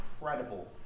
incredible